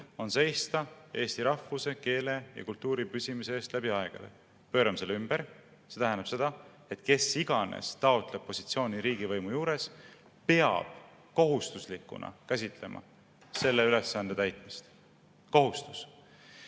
on seista eesti rahvuse, keele ja kultuuri püsimise eest läbi aegade. Pöörame selle ümber: see tähendab seda, et kes iganes taotleb positsiooni riigivõimu juures, peab selle ülesande täitmist käsitlema